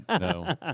No